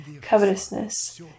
covetousness